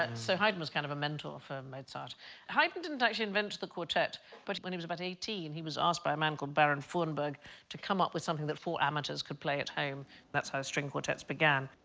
and so haydn was kind of a mentor for mozart haydn didn't actually invent the quartet but it when he was about eighteen he was asked by a man called baron furnberg to come up with something that four amateurs could play at home that's how string quartets began.